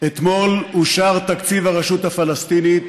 אתמול אושר תקציב הרשות הפלסטינית